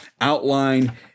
outline